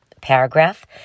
paragraph